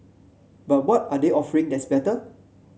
but what are they offering that's better